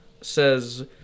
says